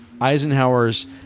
Eisenhower's